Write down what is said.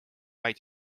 vaid